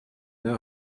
now